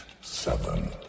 seven